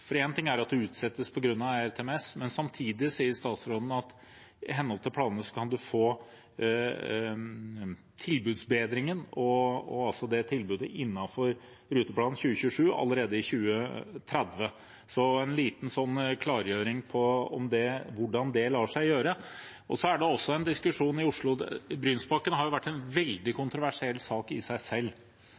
at dette utsettes på grunn av ERTMS, men samtidig sier statsråden at i henhold til planene kan man få tilbudsforbedringen og tilbudet innenfor Rutemodell 2027 allerede i 2030 – så en liten klargjøring av hvordan det lar seg gjøre. Så er det en diskusjon i Oslo om Brynsbakken, som har vært en veldig kontroversiell sak i seg selv,